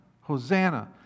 Hosanna